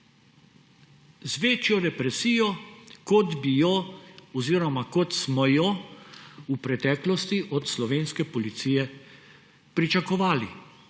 Z večjo represijo, kot bi jo oziroma kot smo jo v preteklosti od slovenske policije pričakovali.